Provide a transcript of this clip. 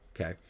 Okay